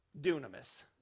dunamis